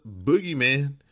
boogeyman